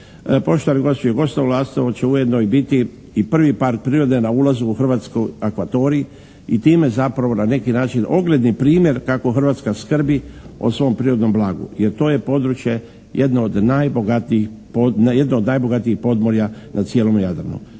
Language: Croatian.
Poštovani gospođe i gospodo, Lastovo će ujedno i biti i prvi park prirode na ulazu u hrvatski akvatorij i time zapravo na neki način ogledni primjer kako Hrvatska skrbi o svom prirodnom blagu, jer to je područje jedno od najbogatijih podmorja na cijelome Jadranu.